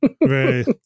Right